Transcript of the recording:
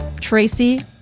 Tracy